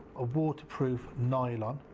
a water proof nylon.